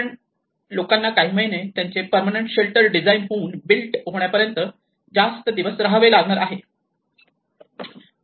कारण लोकांना काही महिने त्यांचे परमनंट शेल्टर डिझाईन होऊन बिल्ड होण्यापर्यंत जास्त दिवस रहावे लागेल